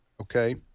okay